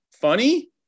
funny